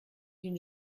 une